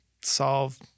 solve